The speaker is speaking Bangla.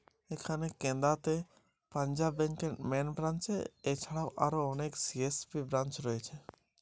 এখানে অ্যাকাউন্ট খোলা কোথায় হয়?